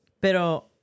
Pero